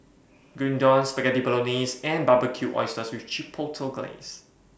Gyudon Spaghetti Bolognese and Barbecued Oysters with Chipotle Glaze